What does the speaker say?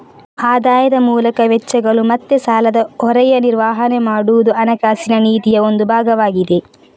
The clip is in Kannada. ಆದಾಯದ ಮೂಲಕ ವೆಚ್ಚಗಳು ಮತ್ತೆ ಸಾಲದ ಹೊರೆಯ ನಿರ್ವಹಣೆ ಮಾಡುದು ಹಣಕಾಸಿನ ನೀತಿಯ ಒಂದು ಭಾಗವಾಗಿದೆ